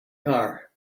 car